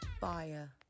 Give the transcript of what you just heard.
fire